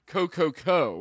Coco